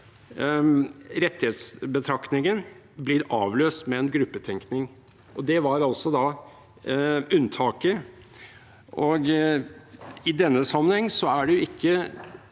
rettighetsbetraktningen blir avløst med en gruppetenkning. Det var altså da unntaket, og i denne sammenheng kan ikke